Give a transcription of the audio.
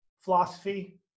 philosophy